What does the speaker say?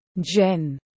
Jen